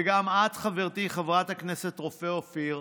וגם את, חברתי חברת הכנסת רופא אופיר,